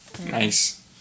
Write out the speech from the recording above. Nice